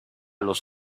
los